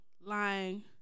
lying